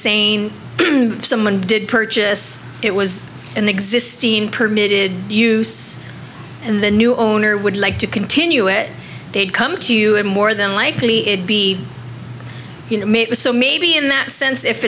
saying if someone did purchase it was an existing permitted use in the new owner would like to continue it come to you in more than likely it be so maybe in that sense if